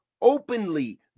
openly